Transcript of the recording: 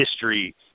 history